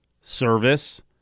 service